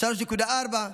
3.4,